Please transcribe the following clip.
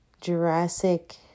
Jurassic